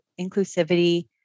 inclusivity